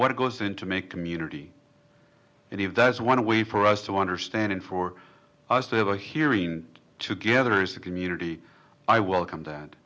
what goes into make community any of those one a way for us to understand and for us to have a hearing to gather as a community i welcome